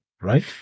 right